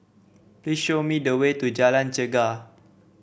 please show me the way to Jalan Chegar